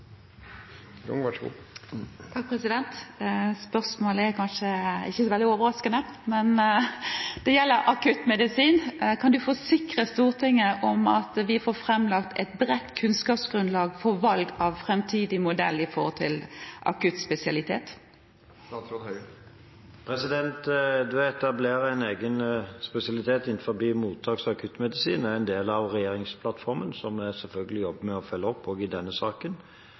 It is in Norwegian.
kanskje ikke så veldig overraskende; det gjelder akuttmedisin: Kan du forsikre Stortinget om at vi får framlagt et bredt kunnskapsgrunnlag for valg av framtidig modell når det gjelder akuttspesialitet? Det å etablere en egen spesialitet i mottaks- og akuttmedisin er en del av regjeringsplattformen, som vi selvfølgelig jobber med å følge opp, også i denne saken.